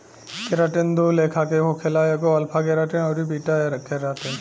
keratin दू लेखा के होखेला एगो अल्फ़ा केराटिन अउरी बीटा केराटिन